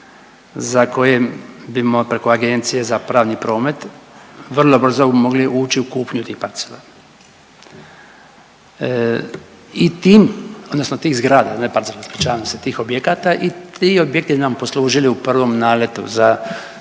za koje bi mo…, preko Agencije za pravni promet, vrlo brzo mogli ući u kupnju tih parcela. I tim odnosno tih zgrada, ne parcela ispričavam se, tih objekata i ti objekti nam poslužili u prvom naletu za